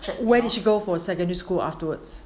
where did she go for secondary school afterwards